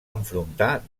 enfrontar